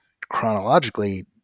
chronologically